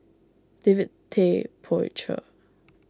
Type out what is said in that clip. David Tay Poey Cher